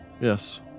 Yes